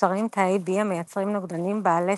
נוצרים תאי B המייצרים נוגדנים בעלי